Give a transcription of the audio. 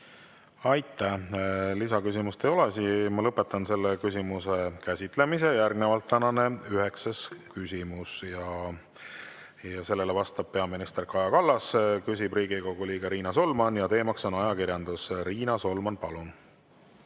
Aitäh! Lisaküsimust ei ole. Lõpetan selle küsimuse käsitlemise. Järgnevalt tänane üheksas küsimus. Sellele vastab peaminister Kaja Kallas, küsib Riigikogu liige Riina Solman ja teema on ajakirjandus. Riina Solman, palun!